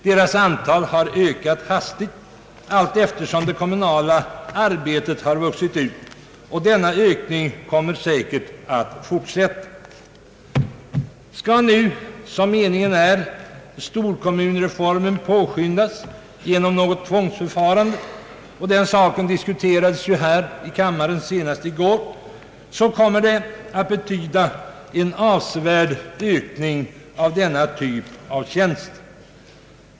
Deras antal har ökat hastigt allteftersom det kommunala arbetet har vuxit ut, och denna ökning kommer säkert att fortsätta. Skall nu, som meningen är, storkommunreformen påskyndas genom något tvångsförfarande — och den saken diskuterades ju här i kammaren senast i går — kommer det att betyda en avsevärd ökning av denna typ av tjänster.